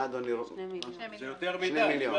זה יותר מדי.